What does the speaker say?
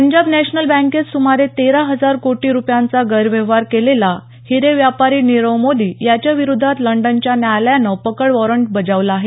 Punjab national बँकेत सुमारे तेरा हजार कोटी रुपयांचा गैरव्यवहार केलेला हिरे व्यापारी नीरव मोदी याच्या विरोधात लंडनच्या न्यायालयानं पकड वॉरंट बजावलं आहे